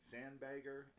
Sandbagger